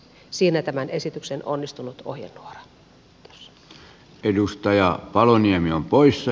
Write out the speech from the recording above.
siinä tämän esityksen onnistunut ohjenuora